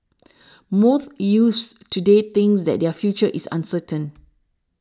most youths today thinks that their future is uncertain